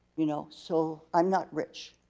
you know, so i'm not rich.